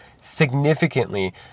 significantly